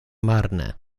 marne